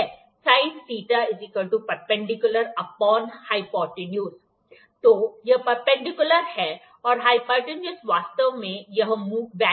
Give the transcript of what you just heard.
sin θ तो यह perpendicular है और हाइपोटेन्यूज वास्तव में यह वेल्यू है